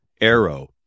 Arrow